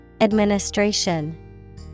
Administration